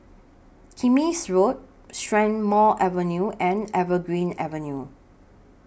Kismis Road Strathmore Avenue and Evergreen Avenue